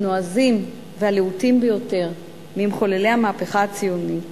הנועזים והלהוטים ביותר ממחוללי המהפכה הציונית